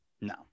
no